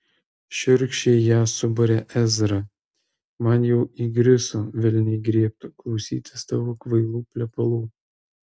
šiurkščiai ją subarė ezra man jau įgriso velniai griebtų klausytis tavo kvailų plepalų